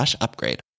upgrade